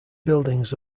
buildings